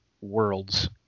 worlds